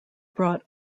brought